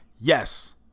yes